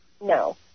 No